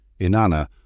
Inanna